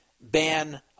ban